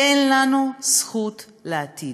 אין לנו זכות לעתיד.